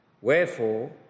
Wherefore